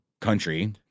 country